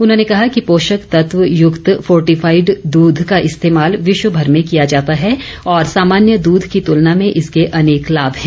उन्होंने कहा कि पोषक तत्व युक्त फोर्टिफाईड द्ध का इस्तेमाल विश्वभर में किया जाता है और सामान्य दूध की तुलना में इसके अनेक लाभ है